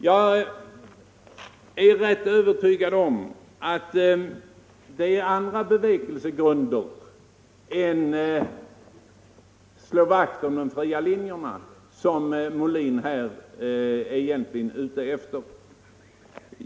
Jag är rätt övertygad om att det är något annat än att slå vakt om de fria linjerna som herr Molin egentligen är ute efter.